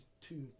two